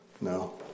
No